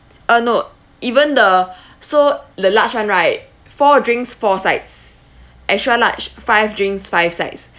uh no even the so the large [one] right four drinks four sides extra large five drinks five sides